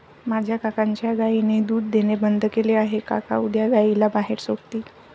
माझ्या काकांच्या गायीने दूध देणे बंद केले आहे, काका उद्या गायीला बाहेर सोडतील